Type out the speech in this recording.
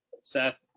Seth